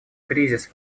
кризис